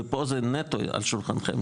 ופה זה נטו על שולחנכם,